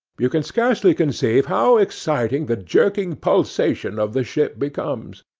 you can scarcely conceive how exciting the jerking pulsation of the ship becomes.